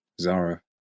Zara